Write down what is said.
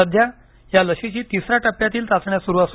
सध्या या लशीची तिसऱ्या टप्प्यातील चाचण्या सुरू आहेत